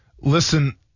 listen